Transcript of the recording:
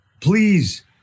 Please